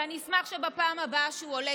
ואני אשמח שבפעם הבאה שהוא עולה,